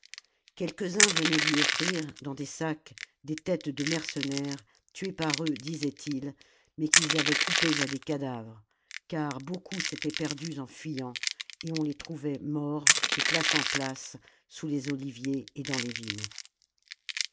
quelques-uns venaient lui offrir dans des sacs des têtes de mercenaires tués par eux disaient-ils mais qu'ils avaient coupées à des cadavres car beaucoup s'étaient perdus en fuyant et on les trouvait morts de place en place sous les oliviers et dans les vignes